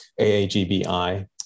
AAGBI